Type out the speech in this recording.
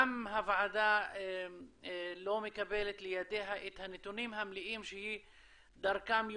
הוועדה גם לא מקבלת לידיה את הנתונים המלאים שדרכם היא